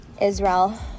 Israel